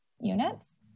units